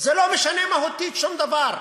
זה לא משנה מהותית שום דבר.